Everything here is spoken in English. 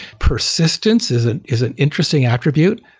persistence is it is an interesting attribute,